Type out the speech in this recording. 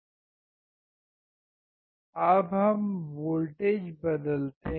अब हम वोल्टेज बदलते हैं